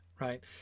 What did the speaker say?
right